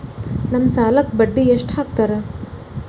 ನಮ್ ಸಾಲಕ್ ಬಡ್ಡಿ ಎಷ್ಟು ಹಾಕ್ತಾರ?